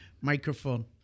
microphone